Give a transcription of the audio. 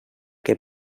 que